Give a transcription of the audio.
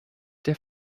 der